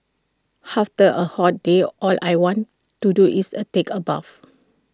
after A hot day all I want to do is A take A bath